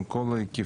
עם כל ההיקפים,